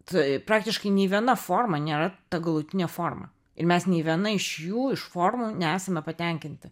tai praktiškai nei viena forma nėra ta galutine forma ir mes nei viena iš jų iš formų nesame patenkinti